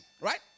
right